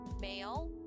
male